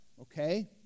Okay